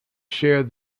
share